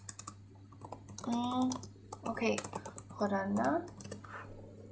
mm okay hold on ah